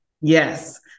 Yes